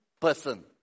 person